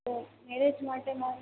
તો મેરેજ માટે મારે